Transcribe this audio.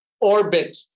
orbit